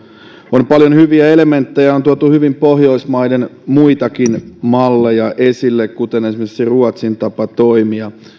on paljon hyviä elementtejä on tuotu hyvin pohjoismaiden muitakin malleja esille kuten esimerkiksi ruotsin tapa toimia